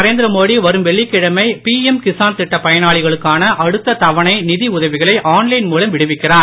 நரேந்திரமோடிவரும்வெள்ளிக்கிழமை PM கிஸான்திட்டப்பயனாளிகளுக்கானஅடுத்ததவணைநிதிஉதவிகளைஆன் லைன்மூலம்விடுவிக்கிறார்